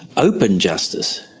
open justice,